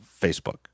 Facebook